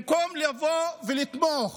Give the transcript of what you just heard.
במקום לבוא ולתמוך